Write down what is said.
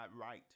right